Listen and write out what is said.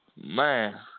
Man